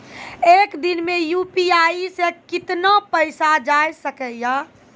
एक दिन मे यु.पी.आई से कितना पैसा जाय सके या?